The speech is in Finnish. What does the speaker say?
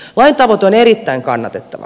lain tavoite on erittäin kannatettava